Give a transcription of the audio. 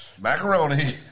Macaroni